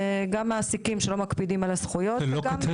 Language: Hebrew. גם מעסיקים שלא מקפידים על הזכויות- -- זה לא קצה,